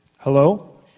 Hello